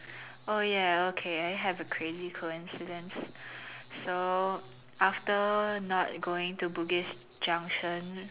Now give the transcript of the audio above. oh ya okay I have a crazy coincidence so after not going to Bugis Junction